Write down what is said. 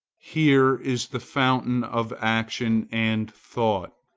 here is the fountain of action and thought.